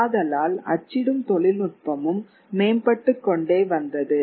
ஆதலால் அச்சிடும் தொழில்நுட்பமும் மேம்பட்டுக்கொண்டே வந்தது